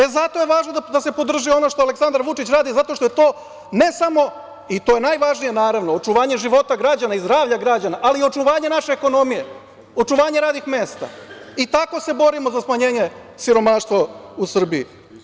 E zato je važno da se podrži ono što Aleksandar Vučić radi, zato što je to ne samo i to je najvažnije, naravno, očuvanje života građana i zdravlja građana, ali i očuvanje naše ekonomije, očuvanje radnih mesta i tako se borimo za smanjenje siromaštva u Srbiji.